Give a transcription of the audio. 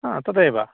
हा तदेव